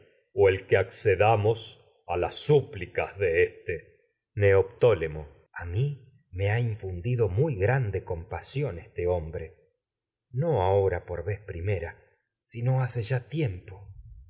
el que las súplicas de éste neoptólbmo a mí me ha infundido muy grande compasión este hombre flace ya no ahora por vez primera sino tiempo